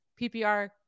PPR